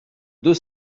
deux